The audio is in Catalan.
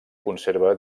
conserva